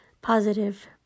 positive